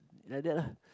like that lah